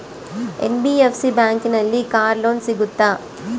NBFC ಬ್ಯಾಂಕಿನಲ್ಲಿ car loan ಸಿಗುತ್ತಾ?